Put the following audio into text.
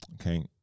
Okay